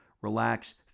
relax